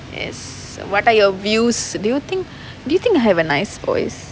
yes what are your views do you think do you think I have a nice voice